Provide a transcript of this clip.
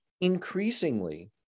increasingly